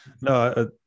No